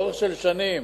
באורך של שנים,